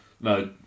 No